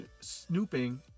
snooping